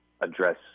address